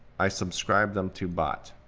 i subscribe them to bot.